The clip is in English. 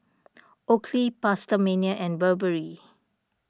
Oakley PastaMania and Burberry